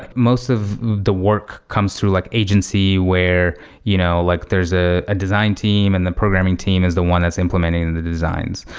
most of the work comes through like agency where you know like there's there's ah a design team and the programming team is the one that's implementing the designs.